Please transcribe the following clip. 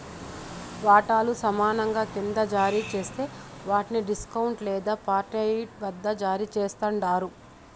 వాటాలు సమానంగా కింద జారీ జేస్తే వాట్ని డిస్కౌంట్ లేదా పార్ట్పెయిడ్ వద్ద జారీ చేస్తండారు